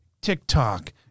tiktok